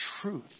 truth